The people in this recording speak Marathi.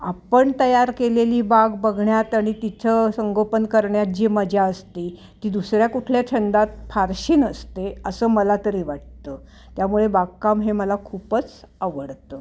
आपण तयार केलेली बाग बघण्यात आणि तिचं संगोपन करण्यात जी मजा असते ती दुसऱ्या कुठल्या छंदात फारशी नसते असं मला तरी वाटतं त्यामुळे बागकाम हे मला खूपच आवडतं